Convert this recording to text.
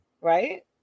right